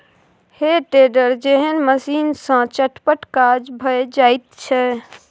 हे टेडर जेहन मशीन सँ चटपट काज भए जाइत छै